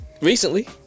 recently